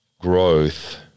growth